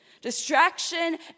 Distraction